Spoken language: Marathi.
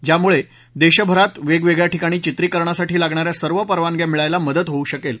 ज्यामुळे देशभरात वेगवेगळ्या ठिकाणी चित्रिकरणासाठी लागणा या सर्व परवानग्या मिळायला मदत होऊ शकेल